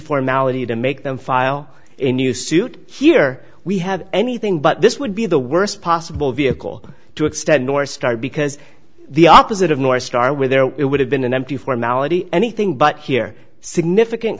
formality to make them file a new suit here we had anything but this would be the worst possible vehicle to extend or start because the opposite of northstar were there it would have been an empty formality anything but here significant